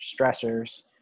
stressors